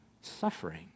suffering